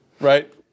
Right